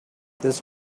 this